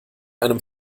einem